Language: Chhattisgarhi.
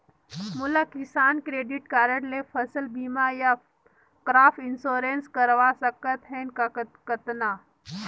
मोला किसान क्रेडिट कारड ले फसल बीमा या क्रॉप इंश्योरेंस करवा सकथ हे कतना?